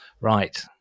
right